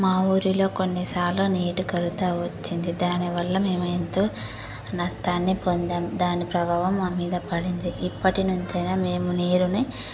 మా ఊరిలో కొన్ని సార్లు నీటి కొరత వచ్చింది దానివల్ల మేము ఎంతో నస్టాన్ని పొందాము దాని ప్రభావం మా మీద పడింది ఇప్పటినుంచైనా మేము నీటిని